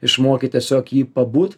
išmokyt tiesiog jį pabūt